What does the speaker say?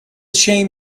shame